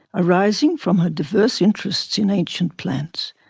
arising from her diverse interests in ancient plants,